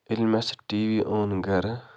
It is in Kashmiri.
ییٚلہِ مےٚ سُہ ٹی وی اوٚن گَرٕ